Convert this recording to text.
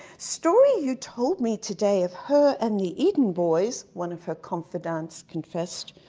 story you told me today of her and the eden boy, one of her confidants confessed,